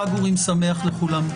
חג אורים שמח לכולנו.